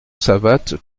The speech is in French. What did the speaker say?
savates